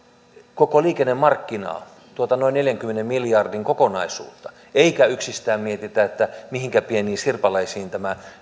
koko liikennemarkkinaa tuota noin neljänkymmenen miljardin kokonaisuutta eikä yksistään mietitä mihinkä pieniin sirpaleisiin tämä